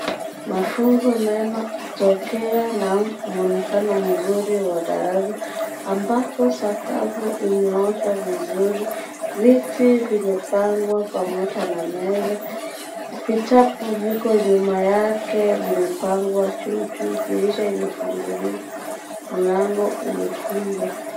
Mafunzo mema kutokea na muonekano mzuri wa darasa ambapo sakafu imeoshwa vizuri viti vimepangwa pamoja na meza vitabu viko nyuma yake vimepangwa juu juu dirisha imefunguliwa mlango umefungwa.